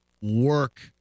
work